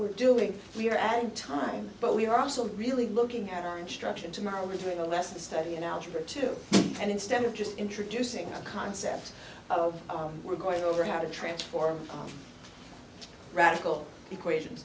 we're doing we're adding time but we're also really looking at our instruction to morrow we're doing a less a study in algebra two and instead of just introducing a concept of oh we're going over how to transform radical equation